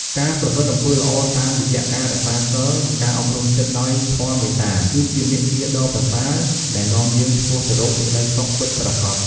ការប្រព្រឹត្តអំពើល្អតាមរយៈការរក្សាសីល និងការអប់រំចិត្តដោយធម៌មេត្តា គឺជាមាគ៌ាដ៏ប្រសើរដែលនាំយើងឆ្ពោះទៅរកសេចក្តីសុខពិតប្រាកដ។